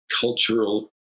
cultural